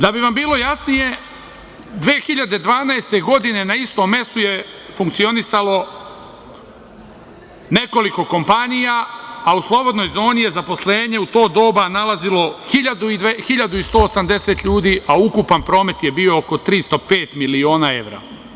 Da bi vam bilo jasnije, 2012. godine na istom mestu je funkcionisalo nekoliko kompanija, a u Slobodnoj zoni je zaposlenje u to doba nalazilo 1.180 ljudi, a ukupan promet je bio oko 305 miliona evra.